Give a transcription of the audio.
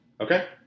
okay